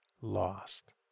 lost